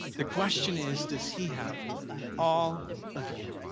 the question is, does he have all of you?